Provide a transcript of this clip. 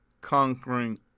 conquering